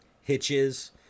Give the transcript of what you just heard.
hitches